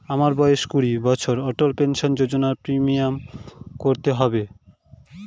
আমার বয়স কুড়ি বছর অটল পেনসন যোজনার প্রিমিয়াম কত হবে?